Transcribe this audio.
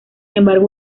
embargo